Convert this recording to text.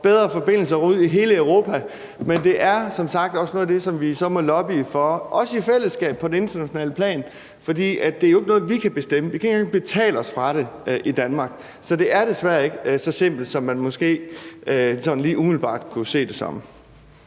bedre forbindelser ud i hele Europa. Men det er som sagt også noget af det, som vi så må lobbye for i fællesskab, også på det internationale plan. For det er jo ikke noget, vi kan bestemme. Vi kan ikke engang betale os fra det i Danmark, så det er desværre ikke så simpelt, som man måske lige umiddelbart kunne tro.